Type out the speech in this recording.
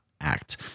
act